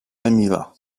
emila